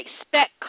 expect